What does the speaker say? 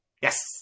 Yes